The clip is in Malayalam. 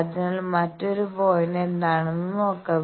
അതിനാൽ മറ്റൊരു പോയിന്റ് എന്താണെന്ന് നോക്കാം